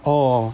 oh